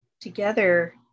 together